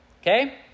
okay